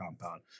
compound